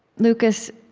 lucas,